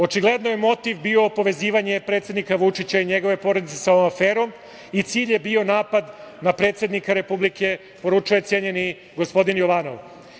Očigledno je motiv bio povezivanje predsednika Vučića i njegove porodice sa ovom aferom i cilj je bio napad na predsednika Republike, poručio je cenjeni gospodin Jovanov.